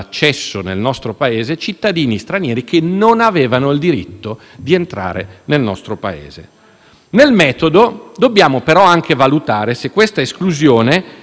Nel metodo, dobbiamo però anche valutare se questa esclusione sia stata bilanciata dalle circostanze